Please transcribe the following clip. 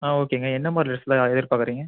ஆ ஓகேங்க என்ன மாதிரி ட்ரெஸ்ஸுலாம் எதிர்பார்க்குறிங்க